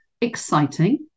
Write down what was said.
exciting